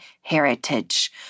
heritage—